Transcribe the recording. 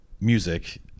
music